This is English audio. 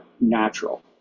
natural